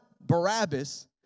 Barabbas